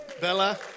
Bella